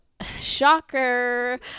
shocker